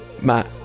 Matt